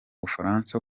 bufaransa